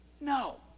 No